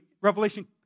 Revelation